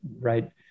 right